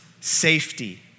safety